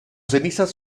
cenizas